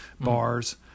bars